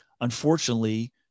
unfortunately